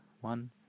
one